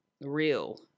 real